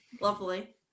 lovely